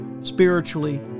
spiritually